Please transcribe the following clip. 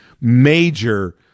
major